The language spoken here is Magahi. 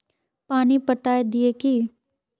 पानी पटाय दिये की?